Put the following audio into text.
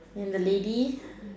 then the lady